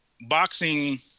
boxing